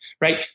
right